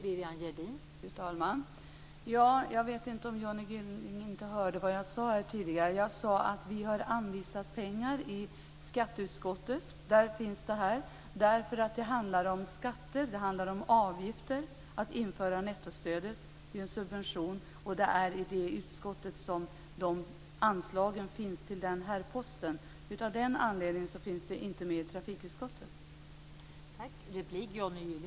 Fru talman! Johnny Gylling kanske inte hörde vad jag sade tidigare. Jag sade att vi har anvisat pengar i skatteutskottet. Det handlar om skatter och avgifter att införa nettostödet. Det är en subvention. Det är skatteutskottet som behandlar anslagen till den här posten. Av den anledningen tar vi inte upp dem i trafikutskottet.